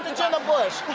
and jenna bush,